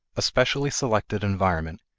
a specially selected environment,